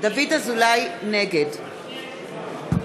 נגד בן צור פה.